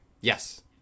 Yes